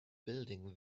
building